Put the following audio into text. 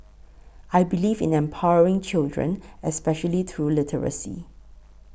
I believe in empowering children especially through literacy